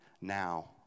now